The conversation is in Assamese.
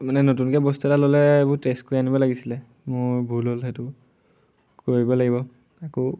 মানে নতুনকে বস্তু এটা ল'লে এইবোৰ টেষ্ট কৰি আনিব লাগিছিলে মোৰ ভুল হ'ল সেইটো কৰিব লাগিব আকৌ